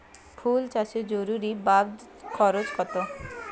ফুল চাষে মজুরি বাবদ খরচ কত?